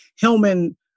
Hillman